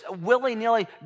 willy-nilly